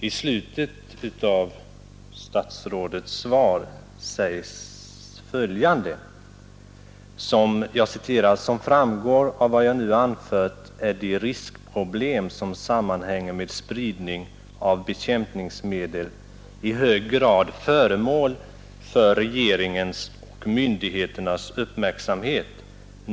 I slutet av sitt svar säger statsrådet följande: ”Som framgår av vad jag nu anfört är de riskproblem som sammanhänger med spridning av bekämpningsmedel i hög grad föremål för regeringens och myndigheternas uppmärksamhet.